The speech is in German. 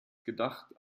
gedacht